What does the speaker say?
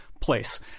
place